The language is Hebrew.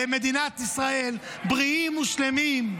למדינת ישראל, בריאים ושלמים.